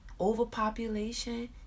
overpopulation